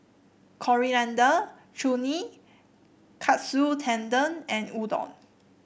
Coriander Chutney Katsu Tendon and Udon